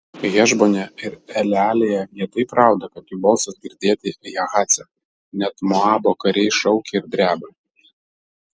hešbone ir elealėje jie taip rauda kad jų balsas girdėti jahace net moabo kariai šaukia ir dreba